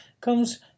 comes